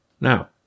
Now